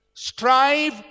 Strive